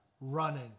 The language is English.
running